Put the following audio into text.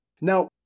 Now